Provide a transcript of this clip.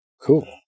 Cool